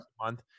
month